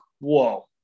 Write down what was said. whoa